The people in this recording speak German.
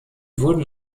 wurden